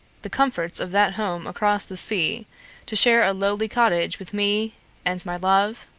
the comforts of that home across the sea to share a lowly cottage with me and my love?